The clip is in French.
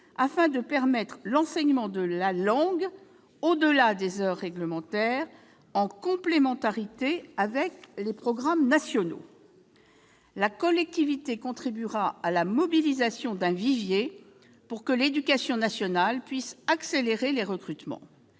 afin de permettre l'enseignement de la langue au-delà des heures réglementaires, en complémentarité avec les programmes nationaux. La collectivité contribuera à la mobilisation d'un vivier pour que l'éducation nationale puisse accélérer les recrutements.